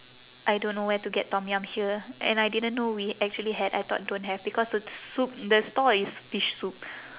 I don't know where to get tom yum here and I didn't know we actually had I thought don't have because the soup the stall is fish soup